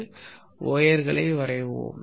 இணைப்பு ஒயர்களை வரைவோம்